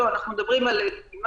לא, אנחנו מדברים על דגימה,